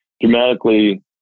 dramatically